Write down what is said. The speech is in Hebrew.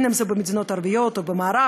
אם במדינות ערביות או במערב,